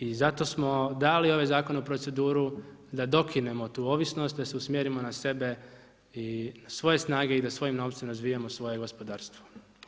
I zato smo dali ovaj zakon u proceduru da dokinemo tu ovisnost, da se usmjerimo na sebe i svoje snage i da svojim novcem razvijamo svoje gospodarstvo.